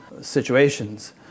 situations